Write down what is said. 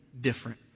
different